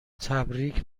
تبریک